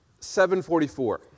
744